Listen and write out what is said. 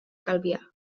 calvià